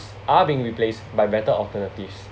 ~s are being replaced by better alternatives